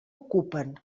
ocupen